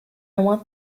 want